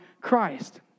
Christ